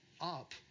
up